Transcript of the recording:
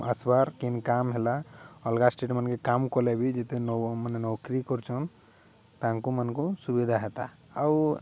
ଆସବାର୍ କେନ୍ କାମ ହେଲା ଅଲଗା ଷ୍ଟେଟ୍ମାନଙ୍କେ କାମ କଲେ ବି ଯେତେ ନ ମାନେ ନୌକରୀ କରୁଛନ୍ ତାଙ୍କୁମାନଙ୍କୁ ସୁବିଧା ହେତା ଆଉ